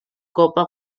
copa